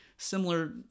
similar